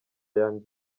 young